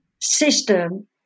system